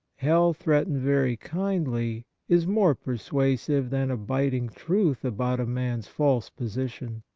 hell threatened very kindly is more persuasive than a biting truth about a man's false position.